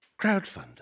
Crowdfunder